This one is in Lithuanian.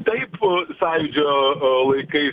taip sąjūdžio laikais